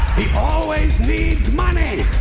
he always needs money!